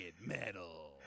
metal